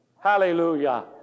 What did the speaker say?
Hallelujah